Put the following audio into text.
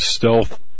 Stealth